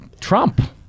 Trump